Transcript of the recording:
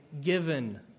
given